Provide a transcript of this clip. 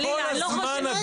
וניתן את כל הזמן הדרוש.